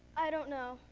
i don't know.